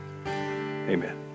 Amen